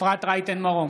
אפרת רייטן מרום,